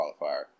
qualifier